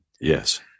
Yes